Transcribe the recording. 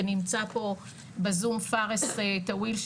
ונמצא פה בזום פארס טוויל,